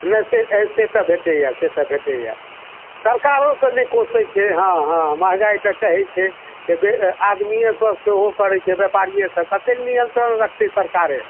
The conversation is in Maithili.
नहि से तऽ भेटैया से तऽ भेटैया सरकारोके नहि कोसैत छियै हँ हँ महँगाइ तऽ कहैत छै जे बे आदमिए सब सेहो करैत छै व्यापारिए सब कते नियन्त्रण रखतै सरकारे